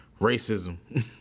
racism